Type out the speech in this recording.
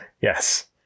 Yes